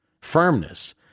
Firmness